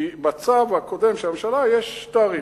כי בצו הקודם של הממשלה יש תאריך,